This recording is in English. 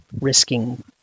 risking